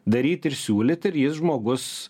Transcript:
daryt ir siūlyt ir jis žmogus